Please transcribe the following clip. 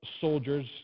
soldiers